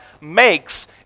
makes